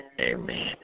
Amen